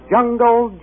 Jungle